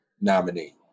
nominee